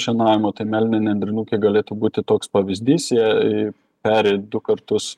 šienavimo tai meldinė nendrinukė galėtų būti toks pavyzdys jei peri du kartus